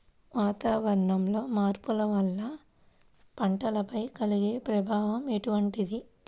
వాతావరణంలో మార్పుల వల్ల పంటలపై కలిగే ప్రభావం ఎటువంటిది?